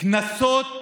קנסות